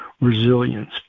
resilience